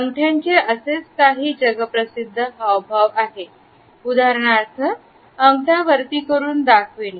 अंगठ्याचे असेच काही जगप्रसिद्ध हावभावआहे उदाहरणार्थ अंगठा वरती करून दाखविणे